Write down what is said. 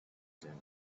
زندگیم